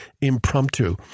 impromptu